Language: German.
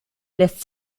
lässt